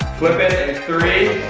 flip it in three,